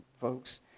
folks